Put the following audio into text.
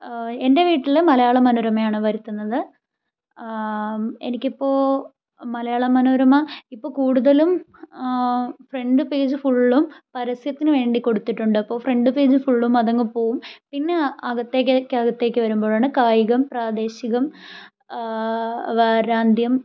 എൻ്റെ വീട്ടിൽ മലയാള മനോരമയാണ് വരുത്തുന്നത് എനിക്കിപ്പോൾ മലയാള മനോരമ ഇപ്പോൾ കൂടുതലും ഫ്രണ്ട് പേജ് ഫുള്ളും പരസ്യത്തിന് വേണ്ടി കൊടുത്തിട്ടുണ്ട് അപ്പോൾ ഫ്രണ്ട് പേജ് ഫുള്ളും അതങ്ങ് പോകും പിന്നെ അകത്തേക്കകത്തേക്ക് വരുമ്പോഴാണ് കായികം പ്രാദേശികം വാരാന്ത്യം